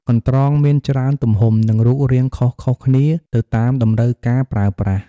កន្ត្រងមានច្រើនទំហំ និងរូបរាងខុសៗគ្នាទៅតាមតម្រូវការប្រើប្រាស់។